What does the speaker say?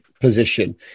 position